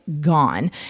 gone